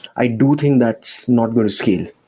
i do think that's not going to scale.